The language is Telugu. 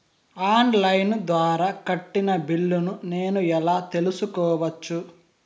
ఆన్ లైను ద్వారా కట్టిన బిల్లును నేను ఎలా తెలుసుకోవచ్చు?